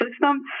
system